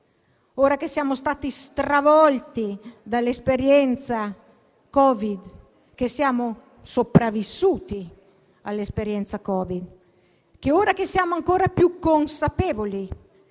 Ora che siamo stati stravolti dall'esperienza Covid-19 e che siamo sopravvissuti alla stessa, ora che siamo ancora più consapevoli,